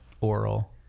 Oral